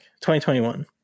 2021